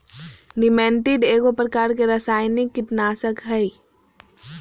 निमेंटीड एगो प्रकार के रासायनिक कीटनाशक हइ